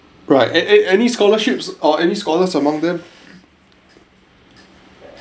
right a a any scholarships or any scholars among them